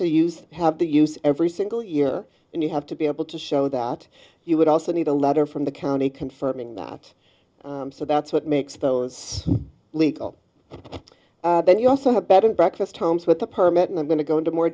to use have the use every single year and you have to be able to show that you would also need a letter from the county confirming that so that's what makes no it's legal then you also have better breakfast homes with a permit and i'm going to go into more